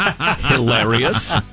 Hilarious